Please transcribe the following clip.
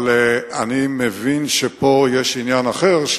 אבל אני מבין שפה יש עניין אחר,